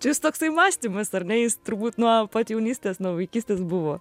čia jūsų toksai mąstymas ar ne jis turbūt nuo pat jaunystės nuo vaikystės buvo